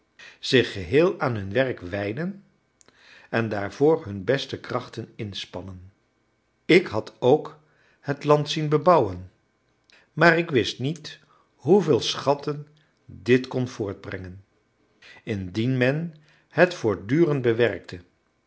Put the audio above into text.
zich geheel aan hun werk wijden en daarvoor hun beste krachten inspannen ik had ook het land zien bebouwen maar ik wist niet hoeveel schatten dit kon voortbrengen indien men het voortdurend bewerkte